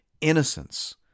innocence